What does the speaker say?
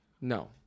no